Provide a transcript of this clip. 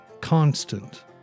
constant